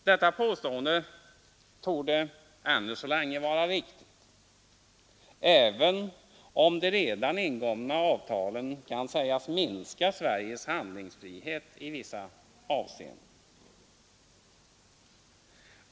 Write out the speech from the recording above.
Detta påstående torde ännu så länge vara riktigt även om de redan ingångna avtalen kan sägas minska Sveriges handlingsfrihet i vissa avseenden.